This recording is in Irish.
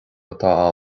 atá